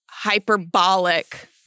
hyperbolic